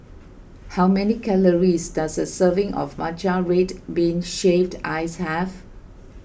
how many calories does a serving of Matcha Red Bean Shaved Ice have